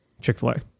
Chick-fil-A